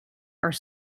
are